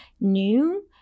new